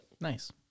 Nice